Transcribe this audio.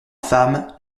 femme